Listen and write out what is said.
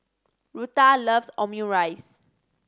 Rutha loves Omurice